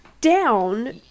down